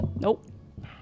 Nope